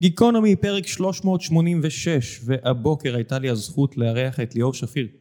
גיקונומי פרק שלוש מאות שמונים ושש והבוקר הייתה לי הזכות לארח את ליאור שפיר